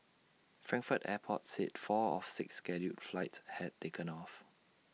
Frankfurt airport said four of six scheduled flights had taken off